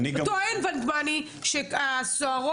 הוא טוען ודמני שהסוהרות,